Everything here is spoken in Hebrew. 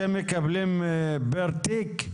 אתם מקבלים פר תיק?